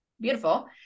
Beautiful